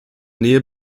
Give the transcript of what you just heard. nähe